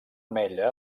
ametlla